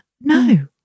No